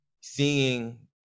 seeing